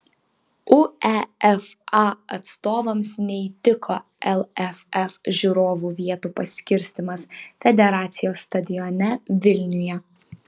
uefa atstovams neįtiko lff žiūrovų vietų paskirstymas federacijos stadione vilniuje